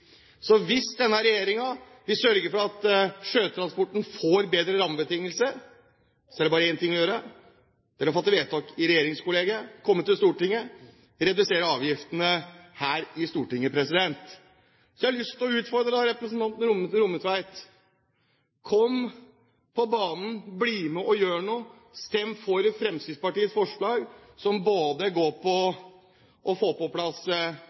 Så hvis denne regjeringen vil sørge for at sjøtransporten får bedre rammebetingelser, er det bare én ting å gjøre: Det er å fatte vedtak i regjeringskollegiet, komme til Stortinget og redusere avgiftene her i Stortinget. Jeg har lyst til å utfordre representanten Rommetveit: Kom på banen! Bli med og gjør noe! Stem for Fremskrittspartiets forslag, som både går på å få på plass